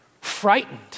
frightened